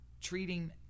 treating